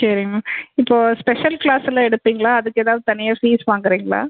சரி மேம் இப்போ special class எல்லா எடுப்பீங்களா அதுக்கு ஏதாவது தனியாக ஃபீஸ் வாங்குறீங்களா